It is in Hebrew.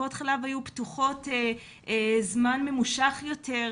טיפות החלב היו פתוחות זמן ממושך יותר.